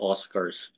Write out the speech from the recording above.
Oscars